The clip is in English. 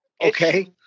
Okay